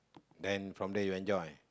then from there you enjoy